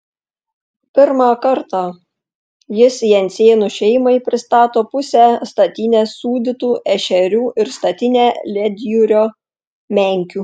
pirmą kartą jis jensenų šeimai pristato pusę statinės sūdytų ešerių ir statinę ledjūrio menkių